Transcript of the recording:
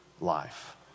life